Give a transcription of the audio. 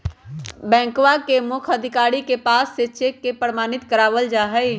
बैंकवा के मुख्य अधिकारी के पास से चेक के प्रमाणित करवावल जाहई